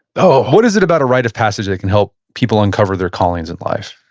oh, what is it about a rite of passage that can help people uncover their callings in life?